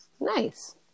Nice